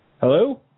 Hello